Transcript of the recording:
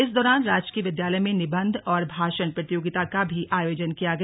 इस दौरान राजकीय विद्यालय में निबंध औरं भाषण प्रतियोगिता का भी आयोजन किया गया